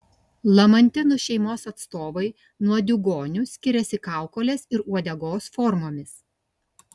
lamantinų šeimos atstovai nuo diugonių skiriasi kaukolės ir uodegos formomis